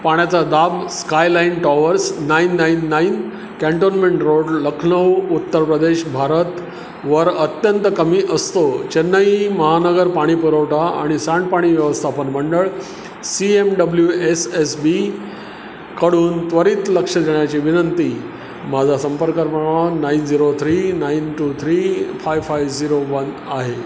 पाण्याचा दाब skyline towers nine nine nine cantonment road Lucknow Uttar Pradesh Bharat वर अत्यंत कमी असतो चेन्नई महानगर पाणी पुरवठा आणि सांडपाणी व्यवस्थापन मंडळ C M W S S बीकडून त्वरित लक्ष देण्याची विनंती माझा संपर्क क्रमांक nine zero three nine two three five five zero one आहे